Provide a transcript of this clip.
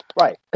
Right